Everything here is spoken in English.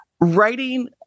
writing